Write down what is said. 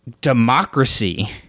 democracy